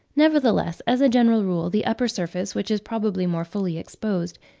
nevertheless, as a general rule, the upper surface, which is probably more fully exposed,